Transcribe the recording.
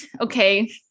okay